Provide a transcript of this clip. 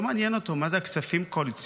לא מעניין אותו מה זה כספים קואליציוניים,